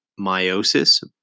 meiosis